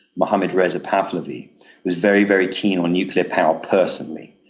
mohammad reza pahlavi was very, very keen on nuclear power personally.